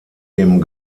dem